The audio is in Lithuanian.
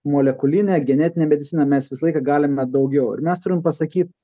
molekulinę genetinę mediciną mes visą laiką galime daugiau ir mes turim pasakyt